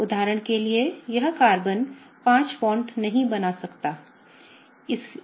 उदाहरण के लिए यह कार्बन पाँच बांड नहीं बना सकता है